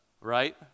Right